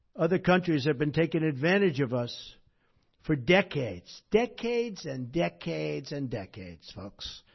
other countries have been taking advantage of us for decades decades and decades and decades, folks.